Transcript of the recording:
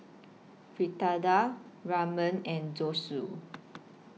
Fritada Ramen and Zosui